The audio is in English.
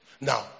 Now